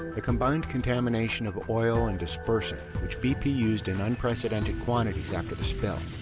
the combined contamination of oil and dispersant, which bp used in unprecedented quantities after the spill,